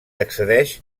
accedeix